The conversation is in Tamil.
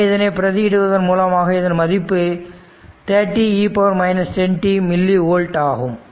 எனவே இதனை பிரதி இடுவதன் மூலமாக இதன் மதிப்பு 30e 10t மில்லி வோல்ட் ஆகும்